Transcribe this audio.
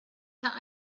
that